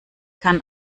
kann